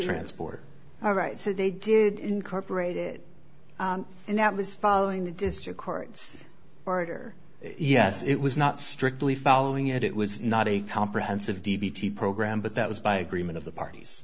transport all right so they did incorporated and that was following the district court's order yes it was not strictly following it it was not a comprehensive d p t program but that was by agreement of the parties